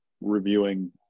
reviewing